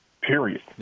period